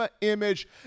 image